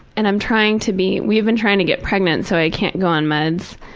and i'm trying to be we've been trying to get pregnant so i can't go on meds,